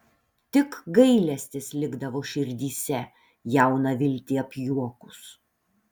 tik gailestis likdavo širdyse jauną viltį apjuokus